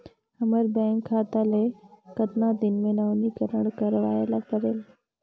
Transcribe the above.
हमर बैंक खाता ले कतना दिन मे नवीनीकरण करवाय ला परेल?